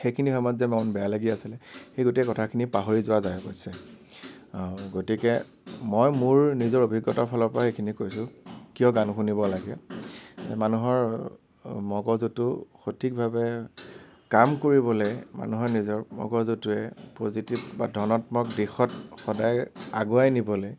সেইখিনি সময়ত যে মন বেয়া লাগি আছিলে সেই গোটেই কথাখিনি পাহৰি যোৱা যায় অৱশ্য়েই গতিকে মই মোৰ নিজৰ অভিজ্ঞতাৰ ফালৰ পৰা সেইখিনি কৈছো কিয় গান শুনিব লাগে মানুহৰ মগজুটো সঠিকভাৱে কাম কৰিবলে মানুহৰ নিজৰ মগজুটোৱে পজিটিভ বা ধনাত্মক দিশত সদায় আগুৱাই নিবলৈ